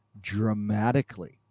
dramatically